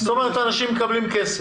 זאת אומרת, אנשים מקבלם כסף.